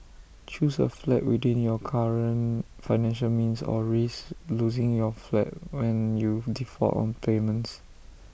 choose A flat within your current financial means or risk losing your flat when you default on payments